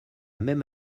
même